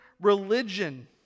religion